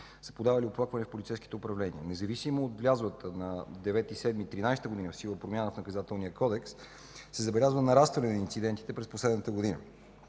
са подавали оплаквания в полицейските управления. Независимо от влязлата на 9 юли 2013 г. в сила промяна на Наказателния кодекс, се забелязва нарастване на инцидентите през последната година.